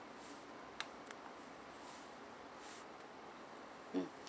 mm